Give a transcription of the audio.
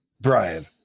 Brian